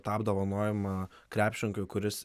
tą apdovanojimą krepšininkui kuris